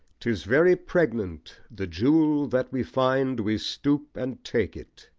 tis very pregnant the jewel that we find we stoop and take it,